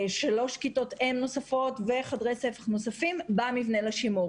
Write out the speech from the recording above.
שלוש כיתות אם נוספות וחדרי ספח נוספים במבנה לשימור.